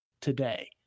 today